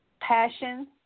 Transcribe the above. passion